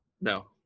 No